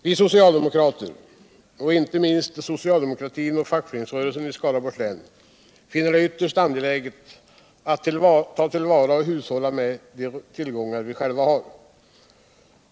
Vi socialdemokrater — inte minst socialdemokraterna och fackföreningsrörelsen i Skaraborgs län — finner det vtterst angeläget att ta till vara och hushålla med de twillgångar vi själva har.